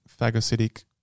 phagocytic